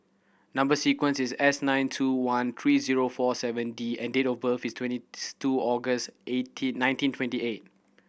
number sequence is S nine two one three zero four seven D and date of birth is twenty two August eighteen nineteen twenty eight